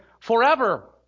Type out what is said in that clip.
forever